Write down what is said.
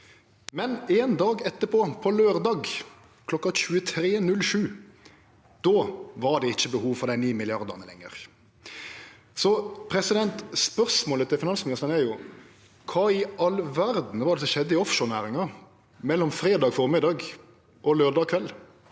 Men éin dag etterpå, på laurdag kl. 23.07, då var det ikkje behov for dei ni milliardane lenger. Spørsmålet til finansministeren er: Kva i all verda var det som skjedde i offshorenæringa mellom fredag føremiddag og laurdag kveld